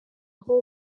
aho